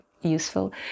useful